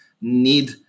need